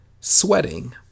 sweating